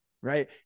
right